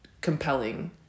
compelling